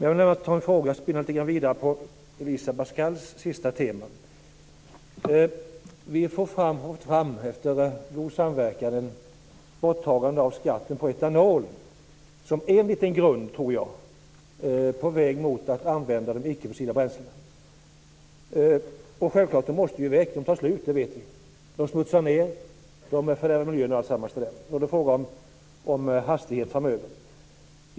Jag vill också spinna vidare på Elisa Abascal Reyes sista tema. Vi har efter god samverkan nått fram till ett borttagande av skatten på etanol. Det tror jag är en liten grund som man kan utgå från på väg mot att använda icke-fossila bränslen. De fossila bränslena måste självklart väck. De tar slut, det vet vi. De smutsar ned och fördärvar miljön. Då är det fråga om hastighet framöver.